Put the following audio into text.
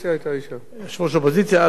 יושבת-ראש האופוזיציה עד לאחרונה היתה אשה,